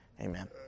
Amen